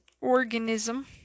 organism